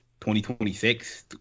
2026